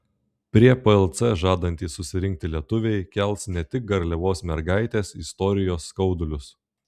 prie plc žadantys susirinkti lietuviai kels ne tik garliavos mergaitės istorijos skaudulius